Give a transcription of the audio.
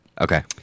Okay